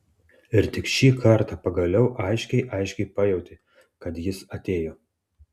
ir tik šį kartą pagaliau aiškiai aiškiai pajautė kad jis atėjo